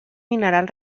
mineral